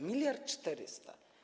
Miliard 400.